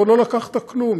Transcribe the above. עוד לא לקחת כלום,